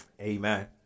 Amen